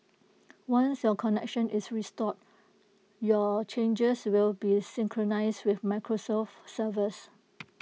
once your connection is restored your changes will be synchronised with Microsoft's servers